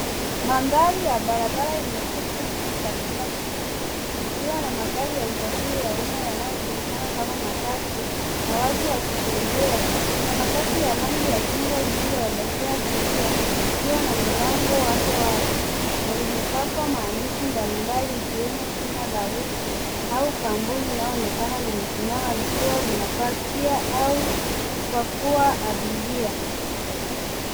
Mandhari ya barabara yenye shughuli nyingi katika jiji likiwa na magari ya usafiri ya uma yanayojulikana kama matatu na watu wakitembea. Kuna matatu ya rangi ya chungwa lililoelekea kulia likiwa na mlango wake wazi na limepakwa maandishi mbalimbali ikiwemo jina la ruti au kampuni inayooneana limesimama likiwa linapakia au kupakua abiria.